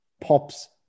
Pops